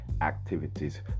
activities